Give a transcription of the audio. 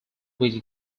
which